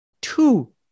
two